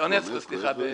באונסק"ו, סליחה.